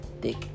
thick